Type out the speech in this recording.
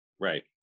Right